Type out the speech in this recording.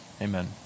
Amen